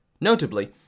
Notably